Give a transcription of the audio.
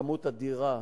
כמות אדירה.